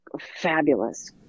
fabulous